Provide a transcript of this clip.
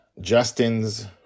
justin's